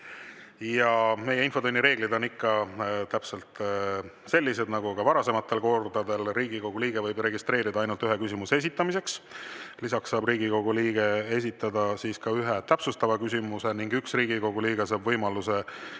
Meie infotunni reeglid on ikka täpselt sellised nagu ka varasematel kordadel. Riigikogu liige võib registreeruda ainult ühe küsimuse esitamiseks. Lisaks saab Riigikogu liige esitada ühe täpsustava küsimuse ning üks Riigikogu liige saab võimaluse esitada